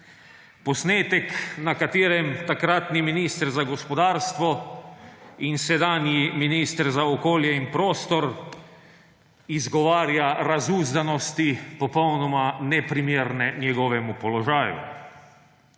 Posnetek, na katerem takratni minister za gospodarstvo in sedanji minister za okolje in prostor izgovarja razuzdanosti, popolnoma neprimerne njegovemu položaju.